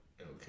Okay